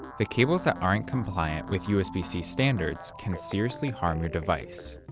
the cables that aren't compliant with usb-c standards can seriously harm your device.